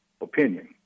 opinion